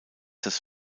das